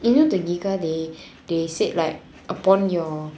you know the Google they say like upon your